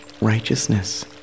Righteousness